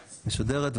משדרת,